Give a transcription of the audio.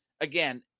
again